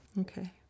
okay